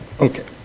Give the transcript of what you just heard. Okay